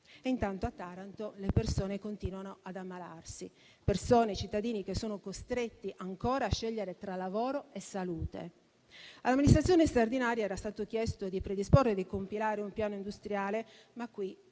e intanto a Taranto le persone continuano ad ammalarsi; persone e cittadini che sono costretti ancora a scegliere tra lavoro e salute. All'amministrazione straordinaria era stato chiesto di predisporre e compilare un piano industriale, ma qui